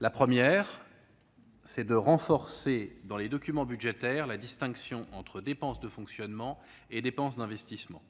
La première avancée, c'est un renforcement, dans les documents budgétaires, de la distinction entre dépenses de fonctionnement et dépenses d'investissement.